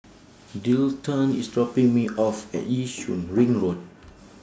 IS dropping Me off At Yishun Ring Road